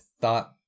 thought